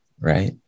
right